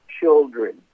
children